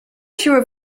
siłę